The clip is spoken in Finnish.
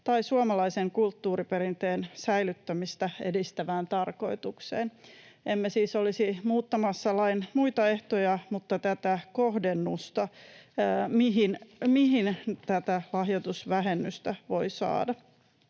tai suomalaisen kulttuuriperinteen säilyttämistä edistävään tarkoitukseen. Emme siis olisi muuttamassa lain muita ehtoja vaan tätä kohdennusta, mihin lahjoitusvähennystä voi saada.